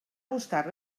buscar